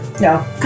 No